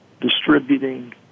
distributing